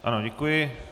Ano, děkuji.